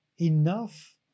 enough